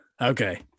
Okay